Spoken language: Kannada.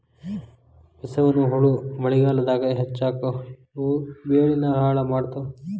ಬಸವನಹುಳಾ ಮಳಿಗಾಲದಾಗ ಹೆಚ್ಚಕ್ಕಾವ ಇವು ಬೆಳಿನ ಹಾಳ ಮಾಡತಾವ